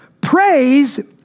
Praise